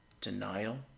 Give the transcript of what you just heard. Denial